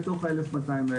כל אלה בתוך ה-1,200 האלה.